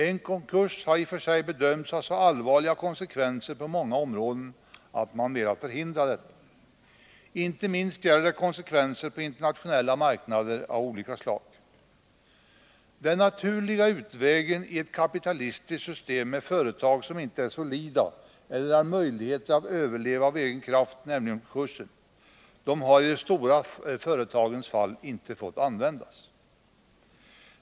En konkurs har i och för sig bedömts ha så allvarliga konsekvenser på många områden att man velat förhindra den. Inte minst gäller det konsekvenser på internationella marknader av olika slag. Den i ett kapitalistiskt system naturliga utvägen för företag som inte är solida eller som inte har möjlighet att överleva av egen kraft, nämligen konkursen, har i de stora företagens fall inte fått användas.